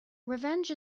revenge